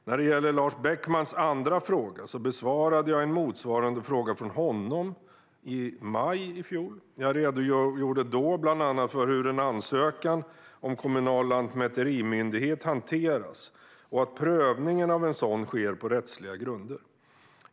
När det gäller Lars Beckmans andra fråga besvarade jag en motsvarande fråga från honom i maj i fjol. Jag redogjorde då bland annat för hur en ansökan om kommunal lantmäterimyndighet hanteras och för att prövningen av en sådan sker på rättsliga grunder.